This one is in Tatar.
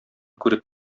күреп